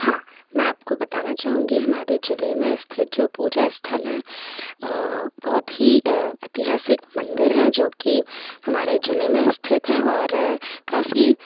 हाँ मैं आपको बताना चाहूँगी हमारे ज़िले में स्थित जो पूजा स्थल हैं बहुत ही ऐतिहासिक मंदिर हैं जो कि हमारे ज़िले में स्थित हैं और काफ़ी